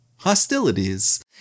hostilities